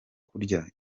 kurya